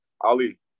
Ali